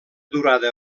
durada